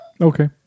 Okay